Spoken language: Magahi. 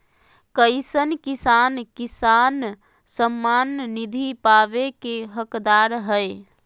कईसन किसान किसान सम्मान निधि पावे के हकदार हय?